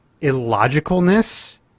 illogicalness